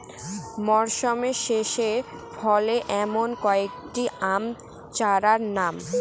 মরশুম শেষে ফলে এমন কয়েক টি আম চারার নাম?